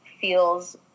feels